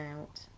out